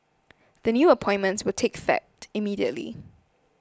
the new appointments will take effect immediately